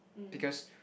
because